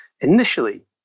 initially